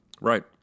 right